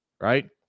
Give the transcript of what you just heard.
Right